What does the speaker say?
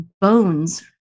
bones